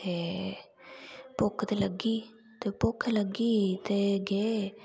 ते भुक्ख ते लग्गी ते भुक्ख लग्गी ते गै